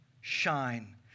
shine